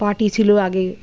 পটি ছিলো আগে